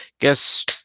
guess